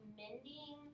mending